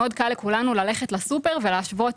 מאוד קל לכולנו ללכת לסופר ולהשוות